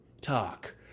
talk